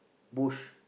bush